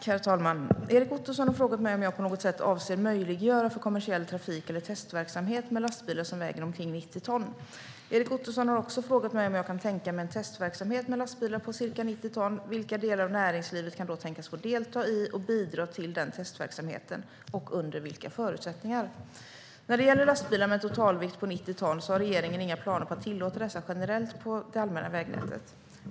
Herr talman! Erik Ottoson har frågat mig om jag på något sätt avser att möjliggöra för kommersiell trafik eller testverksamhet med lastbilar som väger omkring 90 ton. Erik Ottoson har också frågat mig vilka delar av näringslivet som, om jag kan tänka mig en testverksamhet med lastbilar på ca 90 ton, kan tänkas få delta i och bidra till den testverksamheten, och under vilka förutsättningar. När det gäller lastbilar med en totalvikt på 90 ton har regeringen inga planer på att tillåta dessa generellt på det allmänna vägnätet.